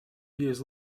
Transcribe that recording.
years